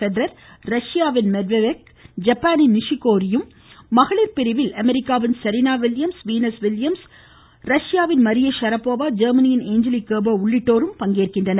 Federer ரஷ்யாவின் Medvedev நிஷி கோரியும் மகளிர் பிரிவில் அமெரிக்காவின் செரினா வில்லியம்ஸ் வீனஸ் வில்லியம்ஸ் ரஷ்யாவின் மரியா ஷரபோவா ஜெர்மனியின் ஏஞ்ஜலிக் கெர்பர் உள்ளிட்டோர் பங்கேற்கின்றனர்